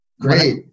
great